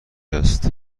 است